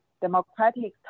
democratic